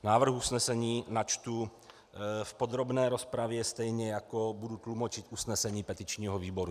Návrh usnesení načtu v podrobné rozpravě, stejně jako budu tlumočit usnesení petičního výboru.